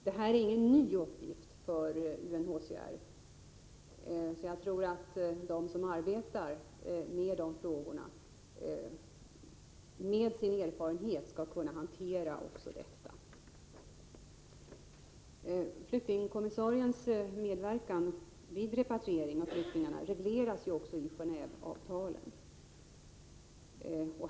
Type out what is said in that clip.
Det här är ingen ny uppgift för UNHCR, så jag tror att de som sköter dessa frågor skall, med sin erfarenhet, kunna hantera också detta. Flyktingkommissariens medverkan vid repatriering av flyktingarna regleras ju också i Genåéveavtalen.